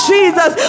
Jesus